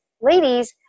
Ladies